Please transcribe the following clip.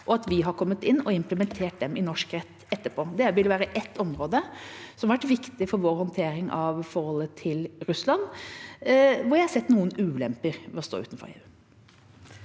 og at vi har kommet inn og implementert dem i norsk rett etterpå. Det vil være ett område som har vært viktig for vår håndtering av forholdet til Russland, hvor jeg har sett noen ulemper ved å stå utenfor.